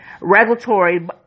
regulatory